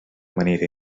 manera